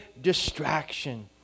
distraction